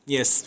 Yes